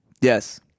Yes